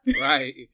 Right